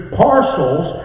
parcels